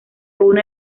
une